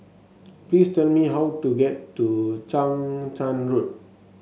please tell me how to get to Chang Charn Road